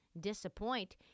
disappoint